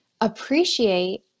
appreciate